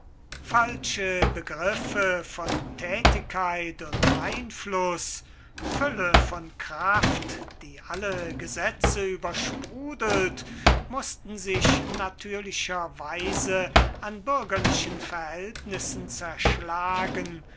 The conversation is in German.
falsche begriffe von thätigkeit und einfluß fülle von kraft die alle gesetze übersprudelt mußten sich natürlicher weise an bürgerlichen verhältnissen zerschlagen